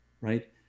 right